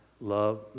love